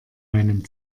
meinem